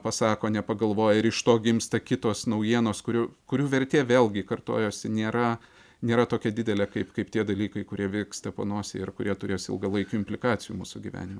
pasako nepagalvoję ir iš to gimsta kitos naujienos kurių kurių vertė vėlgi kartojuosi nėra nėra tokia didelė kaip kaip tie dalykai kurie vyksta panosėje ir kurie turės ilgalaikių implikacijų mūsų gyvenime